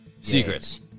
Secrets